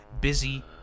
busy